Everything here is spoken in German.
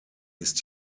ist